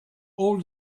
all